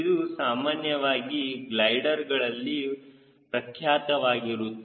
ಇದು ಸಾಮಾನ್ಯವಾಗಿ ಗ್ಲೈಡರ್ಗಳಲ್ಲಿ ಪ್ರಖ್ಯಾತವಾಗಿರುತ್ತದೆ